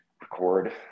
record